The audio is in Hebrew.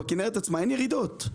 בכנרת עצמה אין ירידות.